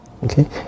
Okay